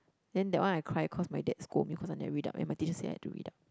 then that one I cried cause my dad scold me cause I never read up and my teachers said I had to read up